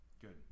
Good